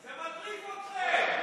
זה מטריף אתכם.